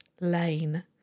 Lane